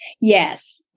Yes